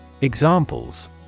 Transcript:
Examples